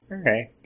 Okay